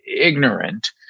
ignorant